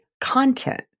content